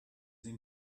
sie